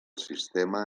sistema